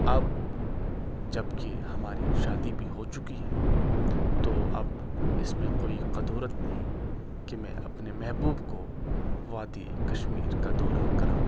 اب جب کہ ہماری شادی بھی ہو چکی ہے تو اب اس میں کوئی کدورت نہیں کہ میں اپنے محبوب کو وادئیِ کشمیر کا دورہ کراؤں